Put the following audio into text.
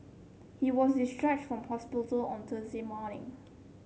he was discharged from hospital on Thursday morning